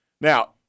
Now